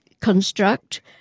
construct